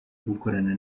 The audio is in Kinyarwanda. gukorana